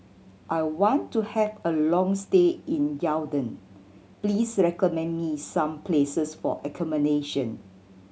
I want to have a long stay in Yaounde please recommend me some places for accommodation